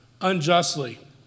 unjustly